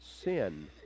sin